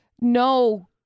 no